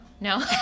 No